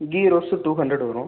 key roast two hundred வரும்